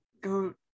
go